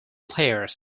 players